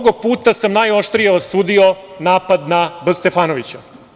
Mnogo puta sam najoštrije osudio napad na B. Stefanovića.